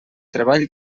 treball